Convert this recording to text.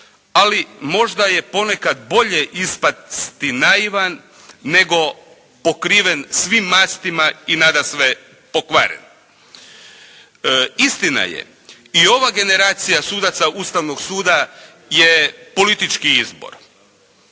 Ali možda je ponekad bolje ispasti naivan nego pokriven svim mastima i nadasve pokvaren. Istina je, i ova generacija sudaca Ustavnog suda je politički izbor.